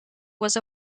was